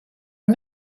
are